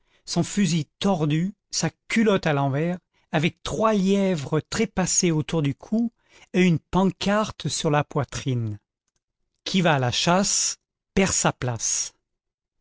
son fusil tordu sa culotte à l'envers avec trois lièvres trépassés autour du cou et une pancarte sur la poitrine qui va à la chasse perd sa place